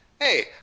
hey